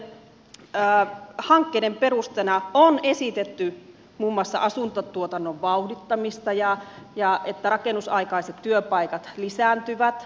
näitten hankkeiden perusteena on esitetty muun muassa asuntotuotannon vauhdittamista ja sitä että rakennusaikaiset työpaikat lisääntyvät